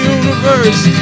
universe